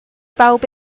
bawb